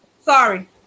Sorry